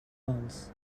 cols